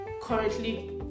currently